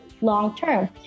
long-term